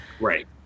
Right